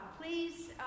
Please